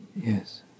yes